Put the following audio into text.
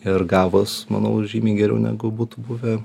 ir gavos manau žymiai geriau negu būtų buvę